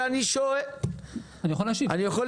אני יכול להשיב?